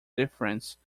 difference